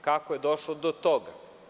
Kako je došlo do toga?